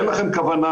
אין לכם כוונה,